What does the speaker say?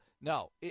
No